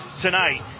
tonight